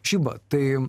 žiba tai